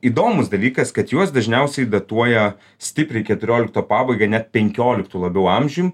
įdomus dalykas kad juos dažniausiai datuoja stipriai keturiolikto pabaiga net penkioliktu labiau amžium